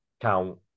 count